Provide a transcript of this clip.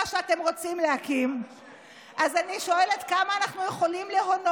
שהיישובים לא ייעקרו אבל גם לא ייבנו?